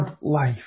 life